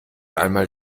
einmal